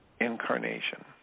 incarnation